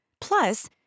Plus